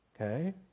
okay